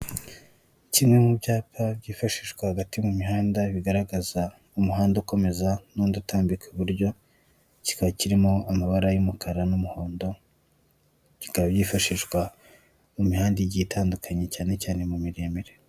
Kimwe mu byapa byifashishwa hagati mu mihanda, kigaragaza umuhanda ukomeza n'undi utambika iburyo, kikaba kirimo amabara y'umukara n'umuhondo, kikaba gifashishwa imihanda igiye itandukanye cyane cyane mu miremire.